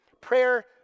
Prayer